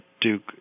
Duke